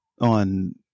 on